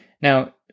Now